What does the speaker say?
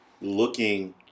looking